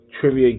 trivia